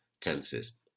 tenses